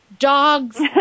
Dogs